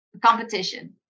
Competition